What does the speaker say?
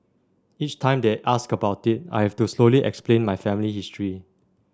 each time they ask about it I have to slowly explain my family history